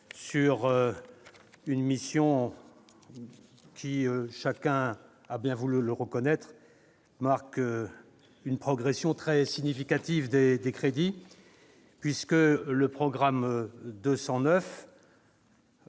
sur une mission qui, chacun a bien voulu le reconnaître, enregistre une progression très significative de ses crédits. Le programme 209